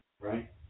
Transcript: right